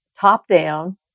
top-down